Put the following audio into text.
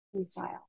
style